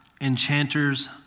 enchanters